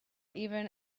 even